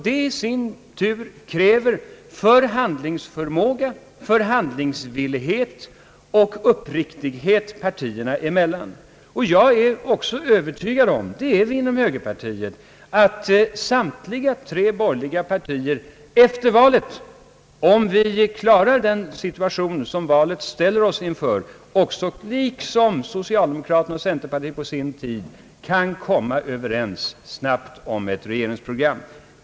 Detta i sin tur kräver förhandlingsförmåga, förhandlingsvillighet och uppriktighet partierna emellan. Jag är också övertygad om, liksom vi är inom högerpartiet, att samtliga tre borgerliga partier efter valet — liksom på sin tid socialdemokraterna och centerpartiet — snabbt kan komma överens om ett regeringsprogram.